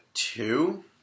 Two